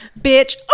Bitch